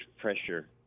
pressure